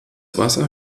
wasser